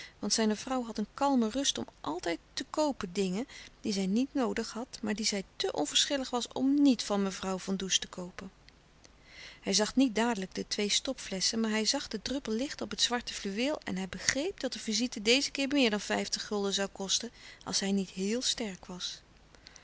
want zijne vrouw had een kalme rust om altijd te koopen dingen die zij niet noodig had maar die zij te onverschillig was om nièt van mevrouw van does te koopen hij zag niet dadelijk de twee stopflesschen maar hij zag den druppel licht op het zwarte fluweel en hij begreep dat de visite dezen keer meer dan vijftig gulden zoû kosten als hij niet heel sterk was